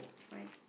what